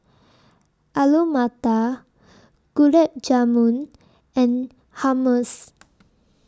Alu Matar Gulab Jamun and Hummus